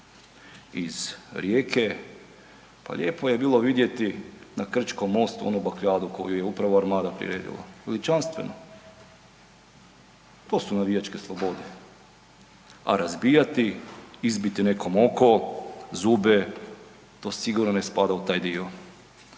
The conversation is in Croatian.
iz Rijeke, pa lijepo je bilo vidjeti na Krčkom mostu koju je upravo Armada priredila, veličanstveno, to su navijačke slobode, a razbijati, izbiti nekom oko, zube to sigurno ne spada u taj dio.